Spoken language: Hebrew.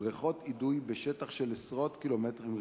בריכות אידוי בשטח של עשרות קמ"ר,